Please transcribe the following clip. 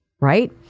Right